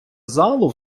залу